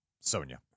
Sonia